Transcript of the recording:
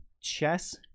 chess